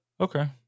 Okay